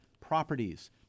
properties